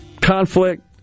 conflict